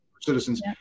Citizens